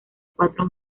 cuatro